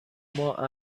ماه